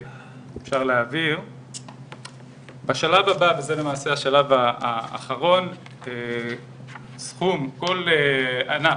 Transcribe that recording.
בשלב הבא, וזה למעשה השלב האחרון, סכום כל ענף,